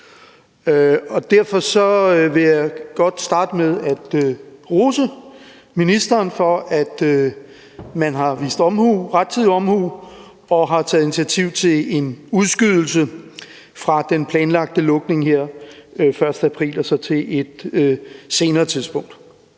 derfor vil jeg godt starte med at rose ministeren for, at man har vist rettidig omhu og har taget initiativ til en udskydelse af den planlagte lukning her fra den 1. april og så til et senere tidspunkt.